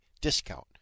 discount